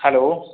hello